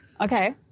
Okay